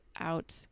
out